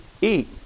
eat